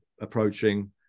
approaching